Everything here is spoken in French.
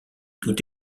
tout